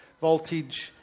voltage